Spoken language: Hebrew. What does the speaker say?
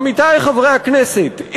עמיתי חברי הכנסת,